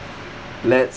let's